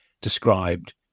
described